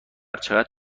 چقدر